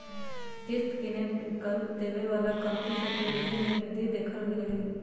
किस्त किनेके विकल्प देबऐ बला कंपनि सभ के बिक्री में वृद्धि देखल गेल हइ